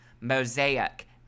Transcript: Mosaic